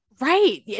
Right